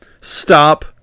stop